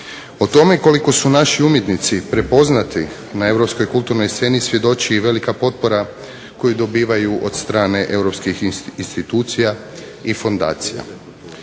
O tome koliko su naši umjetnici prepoznati na europskoj kulturnoj sceni svjedoči i velika potpora koju dobivaju od strane europskih institucija i fundacija.